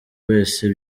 wese